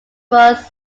was